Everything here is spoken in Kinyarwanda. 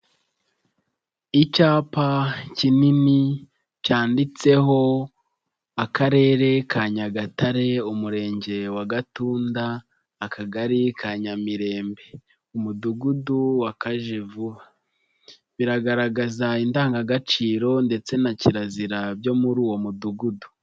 Icyapa kinini cyanditseho Akarere ka Nyagatare Umurenge wa Gatunda Akagari ka Nyamirembe Umudugudu wa Kajevuba biragaragaza indangagaciro ndetse na kirazira byo muri uwo Mudugudu.